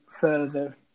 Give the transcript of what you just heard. further